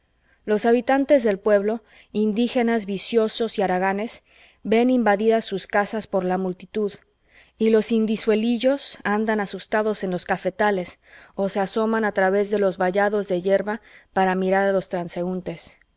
los habitantes del pueblo indígenas viciosos y haraganes ven invadidas sus casas por la multitud y los indizuelillos andan asustados en los cafetales o se asoman a través de los vallados de hierba para mirar a los transeúntes